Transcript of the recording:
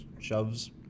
shoves